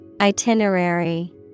Itinerary